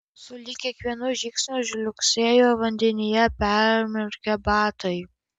sulig kiekvienu žingsniu žliugsėjo vandenyje permirkę batai